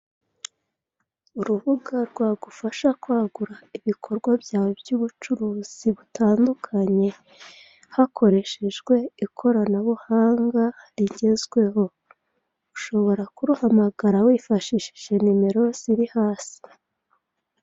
Urubuga rwagufasha kwagura ibikorwa byawe by'ubucuruzi butandukanye hakoreshejwe ikorana buhanga rigezweho. Ushobora kuruhamagara wifashishije nimero ziri hasi.